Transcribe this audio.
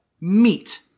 meat